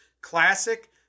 classic